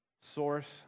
source